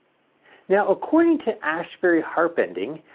yeah according to asbury harpending,